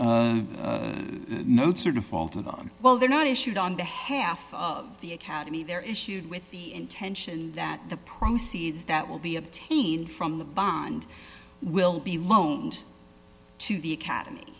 the notes are defaulted on well they're not issued on behalf of the academy they're issued with the intention that the proceeds that will be obtained from the bond will be loaned to the academy